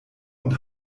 und